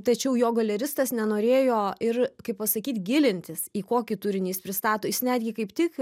tačiau jo galeristas nenorėjo ir kaip pasakyt gilintis į kokį turinį jis pristato jis netgi kaip tik